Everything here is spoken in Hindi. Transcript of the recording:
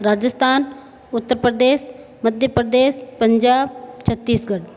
राजस्थान उत्तर प्रदेश मध्य प्रदेश पंजाब छत्तीसगढ़